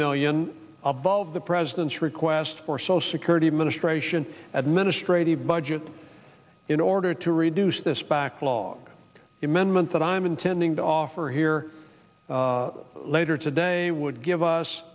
million above the president's request for social security administration administrate a budget in order to reduce this backlog amendment that i'm intending to offer here later today would give us